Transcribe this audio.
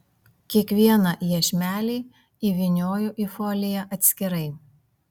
kiekvieną iešmelį įvynioju į foliją atskirai